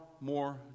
more